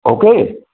okay